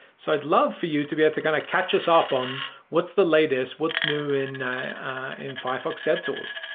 so i'd love for you to be out to kind of catch us up on what's the latest. what's new in in firefox devtools?